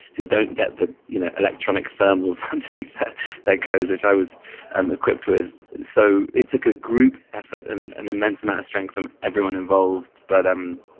who don't get the you know electronic thermals underneath their clothes which i was equipped with. so it took a group effort and and immense amount of strength from everyone involved but um